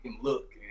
look